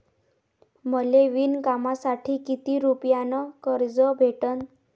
मले विणकामासाठी किती रुपयानं कर्ज भेटन?